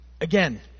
Again